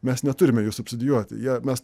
mes neturime jų subsidijuoti jie mes